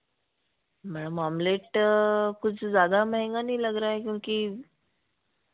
ma'am omelette कुछ ज़्यादा महँगा नहीं लग रहा है क्योंकि